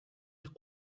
ich